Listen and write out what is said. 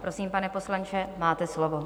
Prosím, pane poslanče, máte slovo.